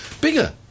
Bigger